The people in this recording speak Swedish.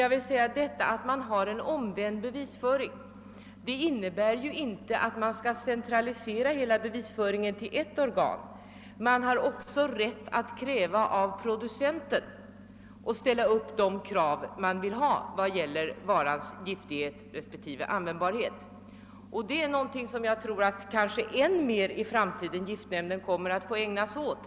Jag vill dock påpeka att om man har en omvänd bevisföring, detta inte innebär att man skall centralisera hela bevisföringen till ett organ. Man har också rätt att hos producenten ställa de krav man har vad gäller varans giftighet respektive användbarhet. Det är någonting som jag tror att giftnämnden i framtiden kanske än mer kommer att få ägna sig åt.